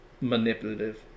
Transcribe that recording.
manipulative